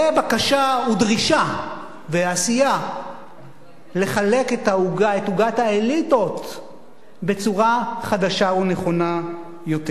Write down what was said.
זה בקשה ודרישה ועשייה לחלק את עוגת האליטות בצורה חדשה ונכונה יותר.